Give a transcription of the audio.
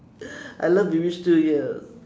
I love